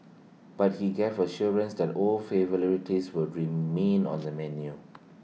but he gave assurance that old will remain on the menu